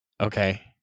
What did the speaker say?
Okay